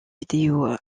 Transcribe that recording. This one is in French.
vidéo